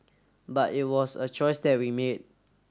but it was a choice that we made